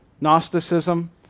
Gnosticism